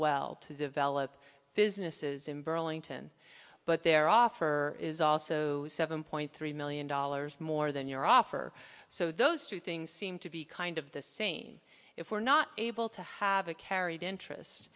well to develop businesses in burlington but their offer is also seven point three million dollars more than your offer so those two things seem to be kind of the same if we're not able to have a carried interest